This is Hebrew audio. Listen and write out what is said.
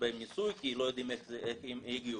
בהם ניסוי כי לא יודעים איך הם יגיבו,